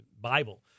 Bible